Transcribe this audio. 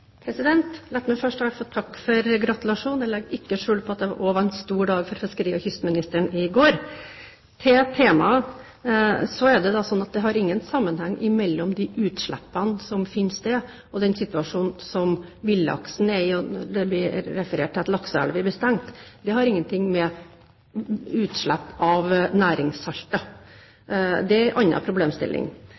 på at det også var en stor dag for fiskeri- og kystministeren i går. Til temaet: Det er ikke er noen sammenheng mellom de utslippene som finner sted, og situasjonen for villaksen. Det blir referert til at lakseelver blir stengt, men det har ingenting med utslipp av næringssalter å gjøre. Det er en annen problemstilling.